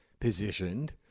positioned